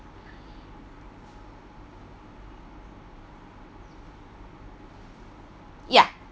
ya